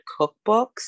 cookbooks